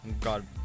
God